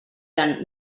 eren